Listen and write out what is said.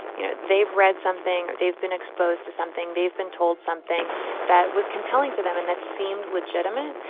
you know, they've read something or they've been exposed to something, they've been told something that was compelling to them and that seemed legitimate.